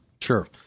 Sure